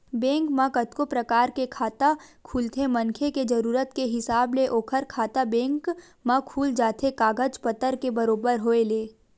bank म कतको परकार के खाता खुलथे मनखे के जरुरत के हिसाब ले ओखर खाता बेंक म खुल जाथे कागज पतर के बरोबर होय ले